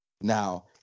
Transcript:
Now